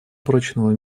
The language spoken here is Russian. прочного